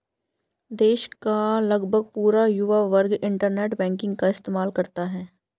देश का लगभग पूरा युवा वर्ग इन्टरनेट बैंकिंग का इस्तेमाल करता है